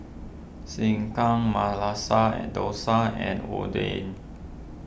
Sekihan Masala and Dosa and Oden